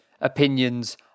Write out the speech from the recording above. opinions